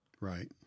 Right